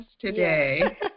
today